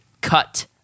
cut